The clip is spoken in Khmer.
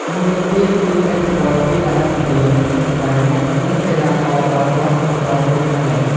មួយទៀតគឺឥទ្ធិពលពីតារាចម្រៀង សម្ដែង និងកីឡាករបាល់ទាត់របស់លោកខាងលិច។